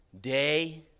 Day